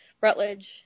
Rutledge